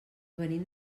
venim